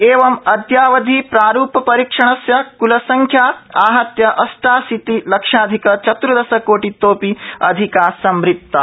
एवं अद्यावधि प्रारू रीक्षणस्य क्ल संख्या आहत्य अष्टाशीते लक्षाधिक चतुर्दश कोटितोपि अधिका संवत्ता